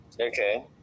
Okay